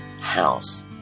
house